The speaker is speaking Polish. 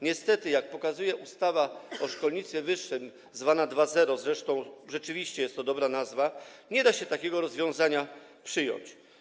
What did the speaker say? Niestety, jak pokazuje ustawa o szkolnictwie wyższym, zwana 2.0 - zresztą rzeczywiście jest to dobra nazwa - nie da się takiego rozwiązania przyjąć.